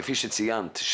כפי שציינת,